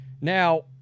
Now